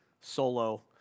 solo